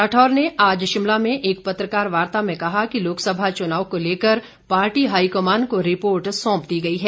राठौर ने आज शिमला में एक पत्रकारवार्ता में कहा कि लोकसभा चुनाव को लेकर पार्टी हाईकमान को रिपोर्ट सौंप दी गई है